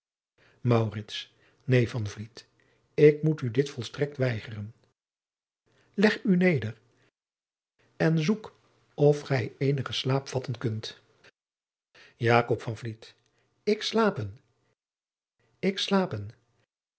vliet ik moet u dit volstrekt weigeren leg u neder en zoek of gij eenigen slaap vatten kunt jakob van vliet ik slapen ik slapen